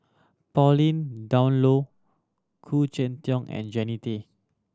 Pauline Dawn Loh Khoo Cheng Tiong and Jannie Tay